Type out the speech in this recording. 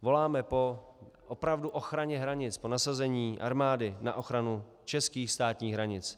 Voláme po opravdu ochraně hranic, po nasazení armády na ochranu českých státních hranic.